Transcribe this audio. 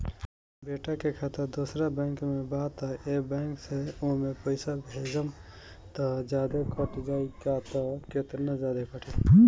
बेटा के खाता दोसर बैंक में बा त ए बैंक से ओमे पैसा भेजम त जादे कट जायी का त केतना जादे कटी?